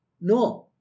No